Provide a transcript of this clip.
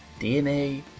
DNA